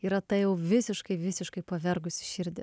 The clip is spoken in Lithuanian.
yra ta visiškai visiškai pavergusi širdį